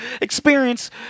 experience